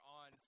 on